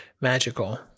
magical